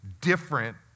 different